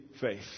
faith